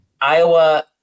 Iowa